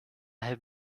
have